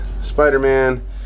Spider-Man